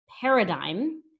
paradigm